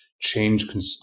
change